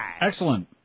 Excellent